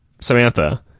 Samantha